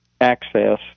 access